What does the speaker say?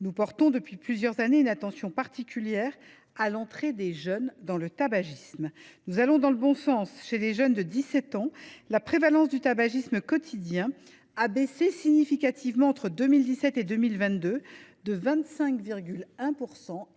Nous portons depuis plusieurs années une attention particulière à l’entrée des jeunes dans le tabagisme. Nous allons dans le bon sens : chez les jeunes de 17 ans, la prévalence du tabagisme quotidien a baissé significativement entre 2017 et 2022 de 25,1 % à